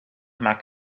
maak